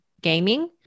Gaming